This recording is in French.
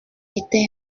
était